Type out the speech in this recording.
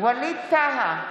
ווליד טאהא,